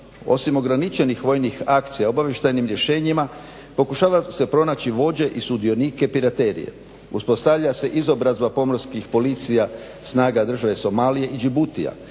Osim ograničenih vojnih akcija obavještajnim rješenjima pokušava se pronaći vođe i sudionike priterije, uspostavlja se izobrazba pomorskih policija snaga države Somalije i Đibutija